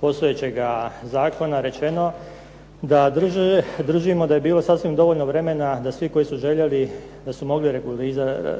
postojećega zakona rečeno da držimo da je bilo sasvim dovoljno vremena da svi koji su željeli da su mogli